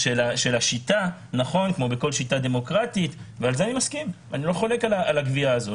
של השיטה הדמוקרטית, ואני מסכים עם זה.